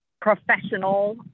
professional